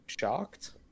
shocked